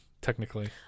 technically